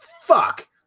Fuck